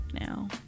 now